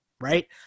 right